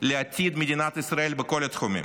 לעתיד מדינת ישראל בכל התחומים.